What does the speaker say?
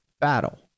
battle